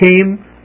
came